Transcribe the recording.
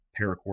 paracord